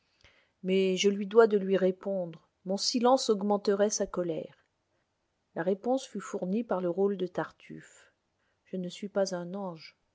mais je lui dois de lui répondre mon silence augmenterait sa colère la réponse fut fournie par le rôle de tartuffe je ne suis pas un ange